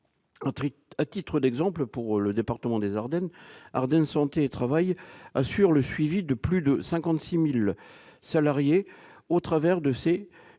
À titre d'exemple, pour le département des Ardennes, l'association Ardennes Santé Travail assure le suivi de plus de 56 000 salariés au travers de ses